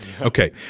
Okay